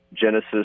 Genesis